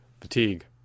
fatigue